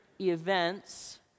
events